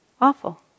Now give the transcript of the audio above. awful